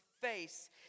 face